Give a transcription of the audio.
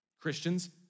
Christians